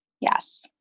Yes